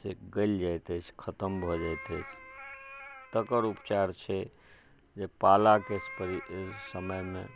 से गलि जाइत अछि खतम भऽ जाइत अछि तकर उपचार छै जे पालाके परि समयमे